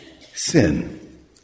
Sin